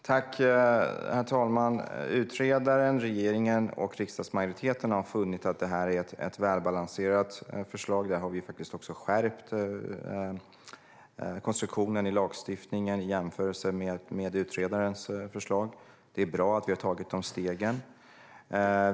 Herr talman! Utredaren, regeringen och riksdagsmajoriteten har funnit att detta är ett välbalanserat förslag. Vi har faktiskt också skärpt konstruktionen i lagstiftningen i jämförelse med utredarens förslag. Det är bra att vi har tagit dessa steg.